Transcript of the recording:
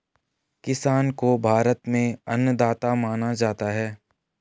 किसान को भारत में अन्नदाता माना जाता है